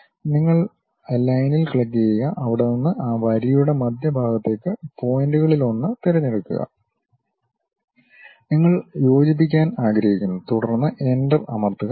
നിങ്ങൾ ലൈനിൽ ക്ലിക്കുചെയ്യുക അവിടെ നിന്ന് ആ വരിയുടെ മധ്യഭാഗത്തേക്ക് പോയിന്റുകളിലൊന്ന് തിരഞ്ഞെടുക്കുക നിങ്ങൾ യോജിപ്പിക്കാൻ ആഗ്രഹിക്കുന്നു തുടർന്ന് എന്റർ അമർത്തുക